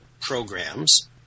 programs